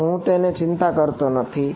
સારું હું તેની ચિંતા કરતો નથી